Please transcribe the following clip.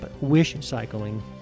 wish-cycling